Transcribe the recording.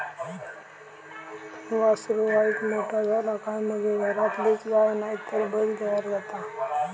वासरू वायच मोठा झाला काय मगे घरातलीच गाय नायतर बैल तयार जाता